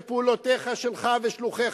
ופעולותיך שלך ושל שלוחיך,